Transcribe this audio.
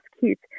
kids